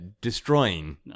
destroying